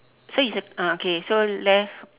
so it's a ah okay so left